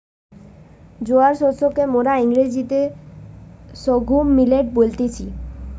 জোয়ার শস্যকে মোরা ইংরেজিতে সর্ঘুম মিলেট বলতেছি